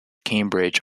cambridge